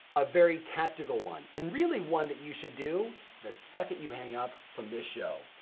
a very tactical one, and really one that you should do the second you hang up from this show.